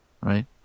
right